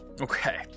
Okay